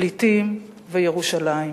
פליטים וירושלים.